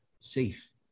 safe